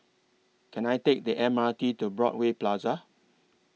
Can I Take The M R T to Broadway Plaza